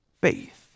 faith